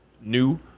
new